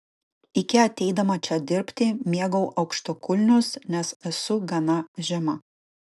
iki ateidama čia dirbti mėgau aukštakulnius nes esu gana žema